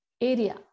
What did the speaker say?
area